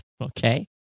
okay